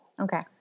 Okay